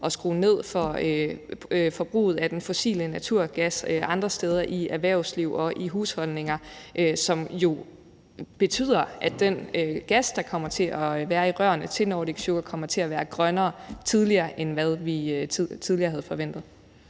og skrue ned for forbruget af den fossile naturgas andre steder i erhvervsliv og i husholdninger. Det betyder jo, at den gas, der kommer til at være i rørene til Nordic Sugar, kommer til at være grønnere tidligere, end hvad vi tidligere havde forventet.